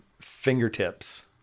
Fingertips